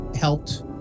helped